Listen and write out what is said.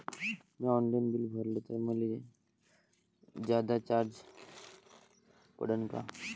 म्या online bill भरलं तर मले जादा चार्ज पडन का?